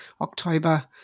October